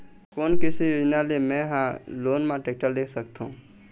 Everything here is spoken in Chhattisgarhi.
कोन कृषि योजना ले मैं हा लोन मा टेक्टर ले सकथों?